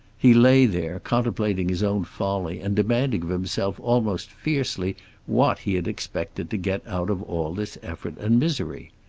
he lay there, contemplating his own folly, and demanding of himself almost fiercely what he had expected to get out of all this effort and misery.